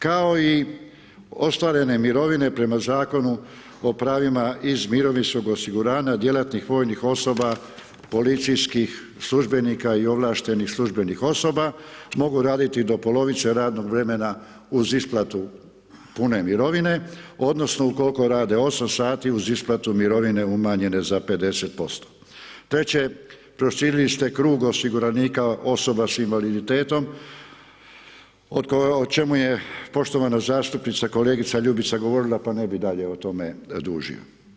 Kao i ostvarene mirovine prema Zakonu o pravima iz mirovinskog osiguranja djelatnih vojnih osoba, policijskih službenika i ovlaštenih službenih osoba mogu raditi do polovice radnog vremena uz isplatu pune mirovine odnosno ukolko rade 8 sati uz isplatu mirovine umanjenje za 50% te će proširili ste krug osiguranika osoba s invaliditetom o čemu je poštovana zastupnica kolegica Ljubica govorila pa ne bi dalje o tome dužio.